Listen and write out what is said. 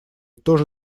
тоже